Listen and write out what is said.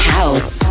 House